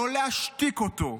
לא להשתיק אותו.